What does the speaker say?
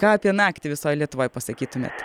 ką apie naktį visoj lietuvoj pasakytumėt